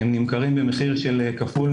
נמכרים במחיר כפול,